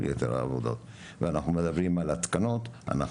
יתר העבודות ואנחנו מדברים על התקנות.